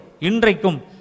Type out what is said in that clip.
Indrikum